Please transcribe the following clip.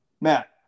Matt